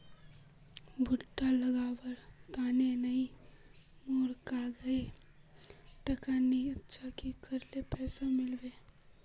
भुट्टा लगवार तने नई मोर काजाए टका नि अच्छा की करले पैसा मिलबे?